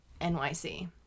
NYC